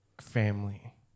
family